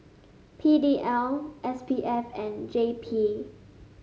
P D L S P F and J P